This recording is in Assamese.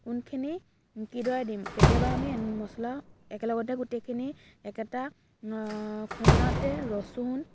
কোনখিনি কিদৰে দিম কেতিয়াবা আমি মচলা একেলগতে গোটেইখিনি একেটা খুন্দনাতেই ৰচুন